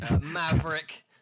maverick